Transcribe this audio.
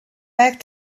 back